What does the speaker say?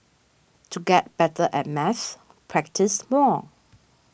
to get better at maths practise more